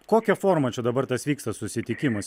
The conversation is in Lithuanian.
kokia forma čia dabar tas vyksta susitikimas